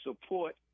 support